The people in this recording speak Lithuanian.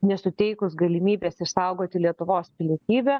nesuteikus galimybės išsaugoti lietuvos pilietybę